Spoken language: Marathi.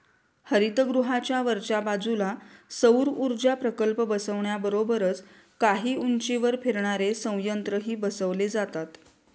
हरितगृहाच्या वरच्या बाजूला सौरऊर्जा प्रकल्प बसवण्याबरोबरच काही उंचीवर फिरणारे संयंत्रही बसवले जातात